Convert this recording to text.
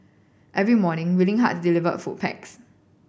every morning Willing Heart deliver food packs